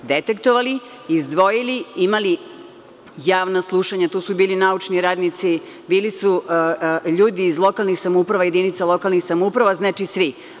Detektovali, izdvojili, imali javno slušanje, tu su bili naučni radnici, bili su ljudi iz lokalnih samouprava, jedinica lokalnih samouprava, znači svi.